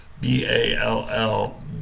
B-A-L-L